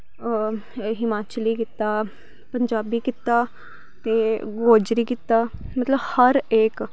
हिमाचली कीता पंजाबी कीता ते गोजरी कीता मतलव हर इक